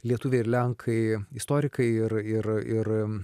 lietuviai ir lenkai istorikai ir ir ir